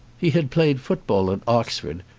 he had played football at oxford,